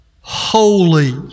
holy